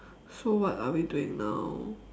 so what are we doing now